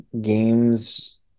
games